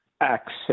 access